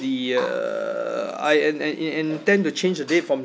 the uh I in~ in~ in~ intend to change the date from